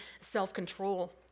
self-control